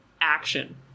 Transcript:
action